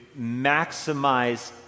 maximize